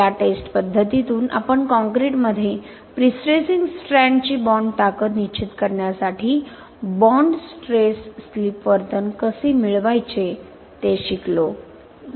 या टेस्ट पद्धतीतून आपण कॉंक्रिटमध्ये प्रीस्ट्रेसिंग स्ट्रँड्सची बॉण्ड ताकद निश्चित करण्यासाठी बॉन्ड स्ट्रेस स्लिप वर्तन कसे मिळवायचे ते शिकलो